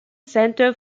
centre